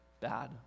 bad